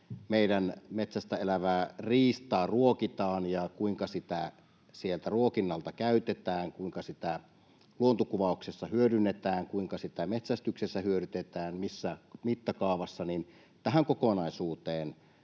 meidän metsässä elävää riistaa ruokitaan ja kuinka sitä sieltä ruokinnalta käytetään, kuinka sitä luontokuvauksessa hyödynnetään, kuinka sitä metsästyksessä hyödynnetään, missä mittakaavassa, tällä aloitteella